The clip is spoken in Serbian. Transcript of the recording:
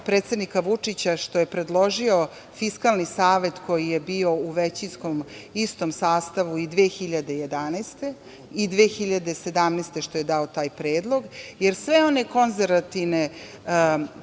predsednika Vučića što je predložio Fiskalni savet koji je bio u većinskom istom sastavu i 2011. i 2017. godine što je dao taj predlog, jer sve one konzervativne